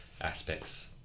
aspects